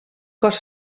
cos